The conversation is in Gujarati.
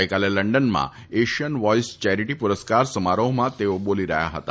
ગઇકાલે લંડનમાં એશિયન વોઇસ ચેરીટી પુરસ્કાર સમારોહમાં તેઓ બોલી રહ્યા હતા